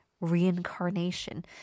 reincarnation